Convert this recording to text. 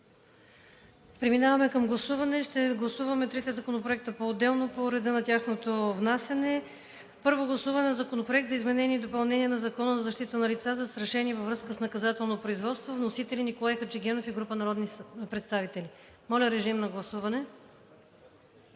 преминаваме към гласуване в такъв случай. Ще гласуваме трите законопроекта поотделно по реда на тяхното внасяне. Първо гласуване на Законопроекта за изменение и допълнение на Закона за защита на лица, застрашени във връзка с наказателно производство. Вносители – Николай Хаджигенов и група народни представители. Моля, режим на гласуване.